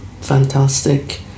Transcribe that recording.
fantastic